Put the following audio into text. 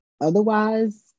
Otherwise